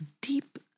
deep